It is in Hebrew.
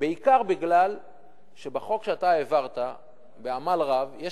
בעיקר מפני שבחוק שאתה העברת בעמל רב יש